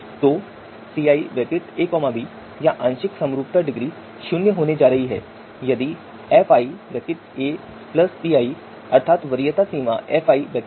तो ciab या आंशिक समरूपता डिग्री शून्य होने जा रही है यदि fi pi अर्थात वरीयता सीमा fi से कम है